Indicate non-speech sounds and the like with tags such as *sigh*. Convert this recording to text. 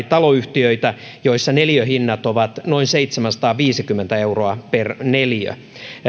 *unintelligible* taloyhtiöitä joissa neliöhinnat ovat noin seitsemänsataaviisikymmentä euroa per neliö